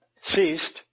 ceased